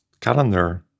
calendar